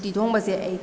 ꯎꯇꯤ ꯊꯣꯡꯕꯁꯦ ꯑꯩ